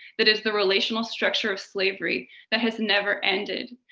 that is the relational structure of slavery that has never ended,